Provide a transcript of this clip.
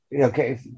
Okay